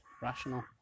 rational